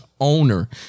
owner